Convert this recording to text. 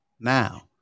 now